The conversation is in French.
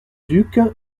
duc